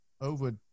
over